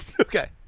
Okay